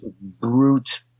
brute